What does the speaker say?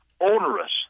onerous